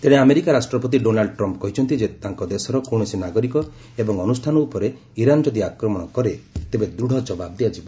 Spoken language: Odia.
ତେଣେ ଆମେରିକା ରାଷ୍ଟ୍ରପତି ଡୋନାଲୁ ଟ୍ରମ୍ପ୍ କହିଛନ୍ତି ଯେ ତାଙ୍କ ଦେଶର କୌଣସି ନାଗରିକ ଏବଂ ଅନୁଷ୍ଠାନ ଉପରେ ଇରାନ୍ ଯଦି ଆକ୍ରମଣ କରେ ତେବେ ଦୂଢ଼ ଜବାବ ଦିଆଯିବ